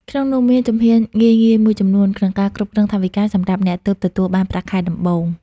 ក្នុងនោះ មានជំហានងាយៗមួយចំនួនក្នុងការគ្រប់គ្រងថវិកាសម្រាប់អ្នកទើបទទួលបានប្រាក់ខែដំបូង។